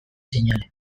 seinale